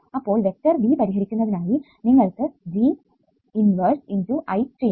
അപ്പോൾ vector V പരിഹരിക്കുന്നതിനായി നിങ്ങൾ G 1 × I ചെയ്യണം